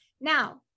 Now